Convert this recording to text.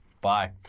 bye